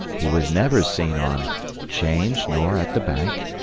he was never seen on change, nor at the bank,